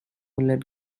let